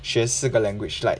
学四个 language like